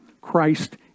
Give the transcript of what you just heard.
Christ